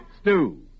stew